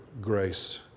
grace